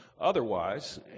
otherwise